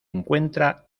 encuentra